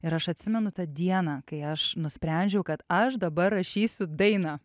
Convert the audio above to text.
ir aš atsimenu tą dieną kai aš nusprendžiau kad aš dabar rašysiu dainą